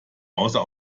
außer